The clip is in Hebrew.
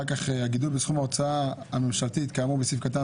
אחר-כך הגידול בסכום ההוצאה הממשלתית כאמור בסעיף קטן